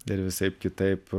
ir visaip kitaip